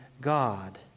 God